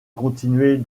continuer